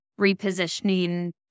repositioning